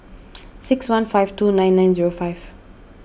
six one five two nine nine zero five